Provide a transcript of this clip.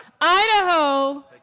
Idaho